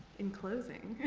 in closing,